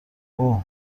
اوه